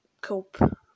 cope